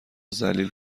ذلیل